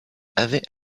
avait